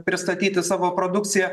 pristatyti savo produkciją